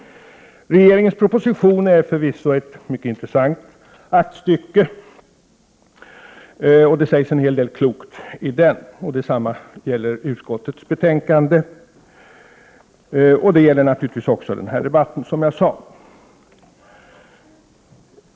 Regeringens proposition är förvisso ett mycket intressant aktstycke, och det sägs en hel del klokt i den. Detsamma gäller utskottets betänkande. Det gäller naturligtvis också, som jag redan sagt, den här debatten.